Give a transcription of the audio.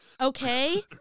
okay